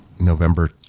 November